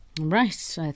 Right